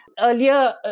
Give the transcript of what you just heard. earlier